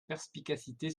perspicacité